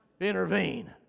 intervene